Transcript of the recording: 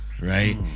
right